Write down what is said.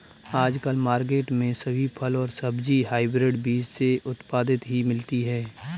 आजकल मार्केट में सभी फल और सब्जी हायब्रिड बीज से उत्पादित ही मिलती है